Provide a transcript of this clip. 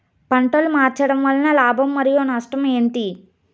పంటలు మార్చడం వలన లాభం మరియు నష్టం ఏంటి